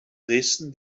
dresden